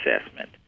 assessment